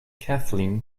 kathleen